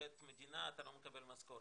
לעובד מדינה שהוא לא יקבל משכורת,